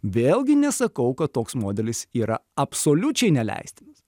vėlgi nesakau kad toks modelis yra absoliučiai neleistinas